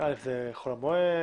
אז יש את חול המועד.